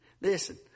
Listen